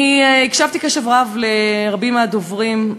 אני הקשבתי בקשב רב לרבים מהדוברים,